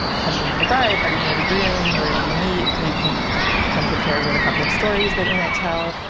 how do you know the bride? how do you know the groom? where did you meet? you can come prepared with a couple of stories that you might tell.